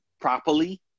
properly